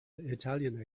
italian